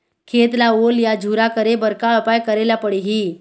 खेत ला ओल या झुरा करे बर का उपाय करेला पड़ही?